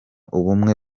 ubumwe